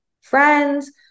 friends